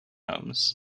homes